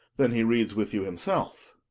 then he reads with you himself.